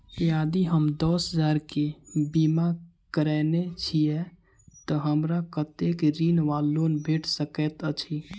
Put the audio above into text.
यदि हम दस हजार केँ बीमा करौने छीयै तऽ हमरा कत्तेक ऋण वा लोन भेट सकैत अछि?